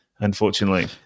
Unfortunately